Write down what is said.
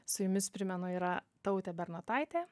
su jumis primenu yra tautė bernotaitė